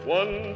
one